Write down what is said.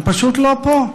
הם פשוט לא פה.